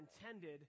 intended